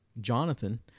Jonathan